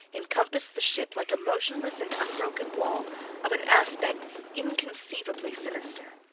encompassed the ship like a motionless and unbroken wall of an aspect inconceivably sinister.